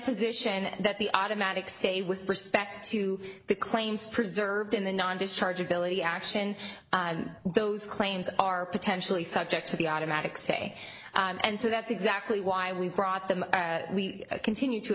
position that the automatic stay with respect to the claims preserved in the non discharge ability action those claims are potentially subject to the automatic say and so that's exactly why we brought them we continue to